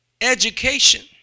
education